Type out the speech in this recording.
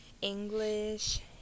English